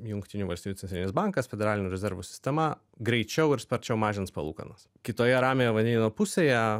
jungtinių valstijų centrinis bankas federalinių rezervų sistema greičiau ir sparčiau mažins palūkanas kitoje ramiojo vandenyno pusėje